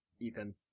Ethan